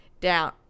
down